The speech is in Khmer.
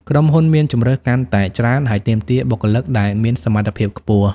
ក្រុមហ៊ុនមានជម្រើសកាន់តែច្រើន ហើយទាមទារបុគ្គលិកដែលមានសមត្ថភាពខ្ពស់។